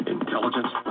Intelligence